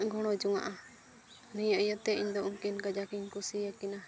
ᱜᱚᱲᱚ ᱡᱚᱱᱟᱜᱼᱟ ᱱᱤᱭᱟᱹ ᱤᱭᱟᱹᱛᱮ ᱤᱧᱫᱚ ᱱᱩᱠᱤᱱ ᱠᱟᱡᱟᱠ ᱤᱧ ᱠᱩᱥᱤ ᱟᱹᱠᱤᱱᱟ